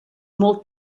molt